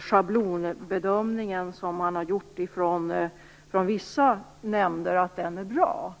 schablonbedömning som vissa nämnder har gjort är bra?